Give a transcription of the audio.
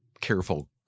careful